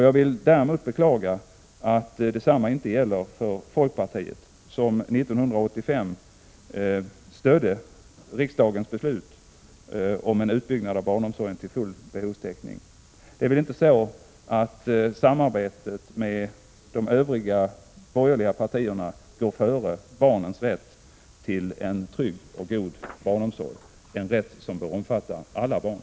Jag vill däremot beklaga att detsamma inte gäller för folkpartiet, som 1985 stödde riksdagens beslut om en utbyggnad av barnomsorgen till full behovstäckning. Det är väl inte så, att samarbetet med de övriga borgerliga partierna går före barnens rätt till en trygg och god barnomsorg, en rätt som bör omfatta alla barn?